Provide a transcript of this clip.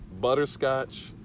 butterscotch